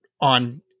on